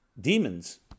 demons